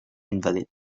invalid